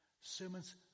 Sermons